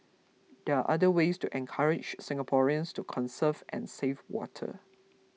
there are other ways to encourage Singaporeans to conserve and save water